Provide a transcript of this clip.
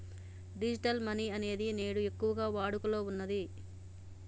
digital money అనేది నేడు ఎక్కువగా వాడుకలో ఉన్నది